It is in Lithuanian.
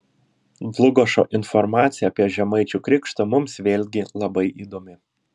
dlugošo informacija apie žemaičių krikštą mums vėlgi labai įdomi